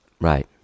Right